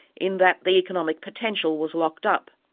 in that the economic potential was locked up.